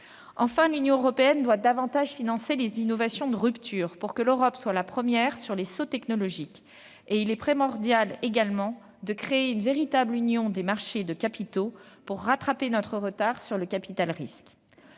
Enfin, l'Union européenne doit davantage financer l'innovation de rupture, pour que l'Europe soit la première sur les sauts technologiques. Il est également primordial de créer une véritable union des marchés de capitaux, pour rattraper notre retard sur le capital-risque.